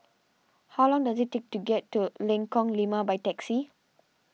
how long does it take to get to Lengkong Lima by taxi